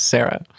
Sarah